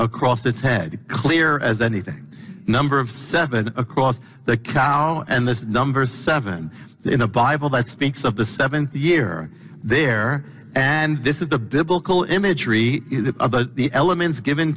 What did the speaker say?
across its head clear as anything number of seven across the cow and the number seven in the bible that speaks of the seven year there and this is the biblical imagery of the elements given